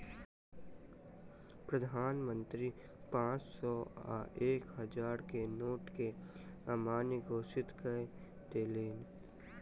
प्रधान मंत्री पांच सौ आ एक हजार के नोट के अमान्य घोषित कय देलैन